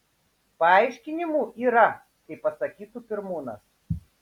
paaiškinimų yra kaip pasakytų pirmūnas